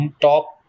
top